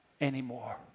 anymore